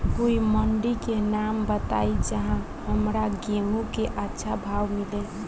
कोई मंडी के नाम बताई जहां हमरा गेहूं के अच्छा भाव मिले?